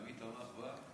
מי תמך בה?